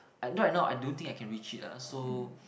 right now I don't think I can reach it ah so